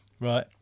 right